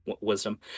wisdom